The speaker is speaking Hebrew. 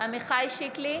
עמיחי שיקלי,